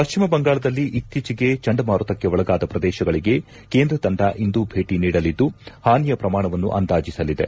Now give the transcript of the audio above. ಪಶ್ಚಿಮ ಬಂಗಾಳದಲ್ಲಿ ಇತ್ತೀಚಿಗೆ ಚಂಡಮಾರುತಕ್ಕೆ ಒಳಗಾದ ಪ್ರದೇಶಗಳಗೆ ಕೇಂದ್ರ ತಂಡ ಇಂದು ಭೇಟಿ ನೀಡಲಿದ್ದು ಹಾನಿಯ ಪ್ರಮಾಣವನ್ನು ಅಂದಾಜಿಸಲಿದೆ